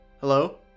Hello